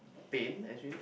paint actually